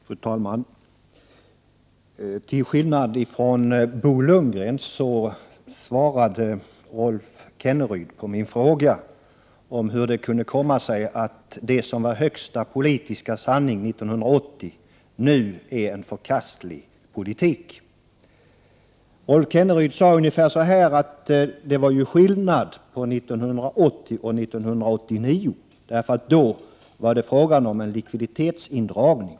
Fru talman! Till skillnad från Bo Lundgren svarade Rolf Kenneryd på min fråga om hur det kunde komma sig att det som var högsta politiska sanning år 1980 nu är en förkastlig politik. Rolf Kenneryd sade ungefär så här: Det är skillnad mellan år 1980 och år 1989, eftersom det 1980 var fråga om en likviditetsindragning.